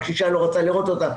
הקשישה לא רצתה לראות אותן,